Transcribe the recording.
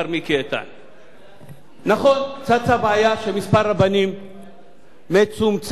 צצה בעיה שמספר רבנים מצומצם ושולי סירבו לרשום